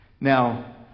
Now